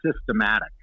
systematic